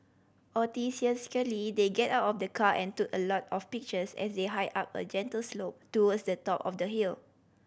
they get out of the car and took a lot of pictures as they hiked up a gentle slope towards the top of the hill